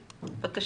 דבר ראשון, בפסקה (א)(4)